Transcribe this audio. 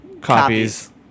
copies